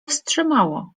wstrzymało